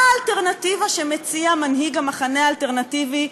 מה האלטרנטיבה שמציע מנהיג המחנה האלטרנטיבי,